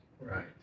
Right